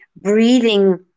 Breathing